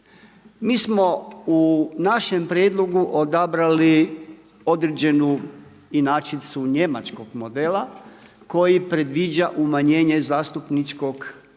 Mi smo u našem prijedlogu odabrali određenu inačicu njemačkog modela koji predviđa umanjenje zastupničkog paušala